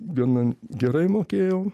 gana gerai mokėjau